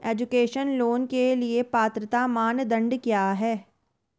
Education loan के लिए पात्रता मानदंड क्या है?